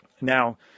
Now